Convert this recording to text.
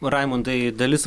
raimundai dalis